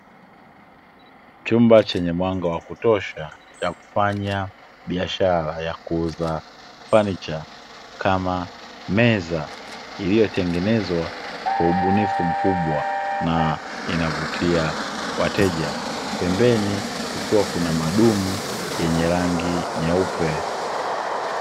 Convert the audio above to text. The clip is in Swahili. Chumba chenye mwanga wa kutosha cha kufanya biashara ya kuuza fanicha, kama meza; iliyotengenezwa kwa ubunifu mkubwa na inavutia wateja. Pembeni kukiwa kuna madumu yenye rangi nyeupe.